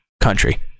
country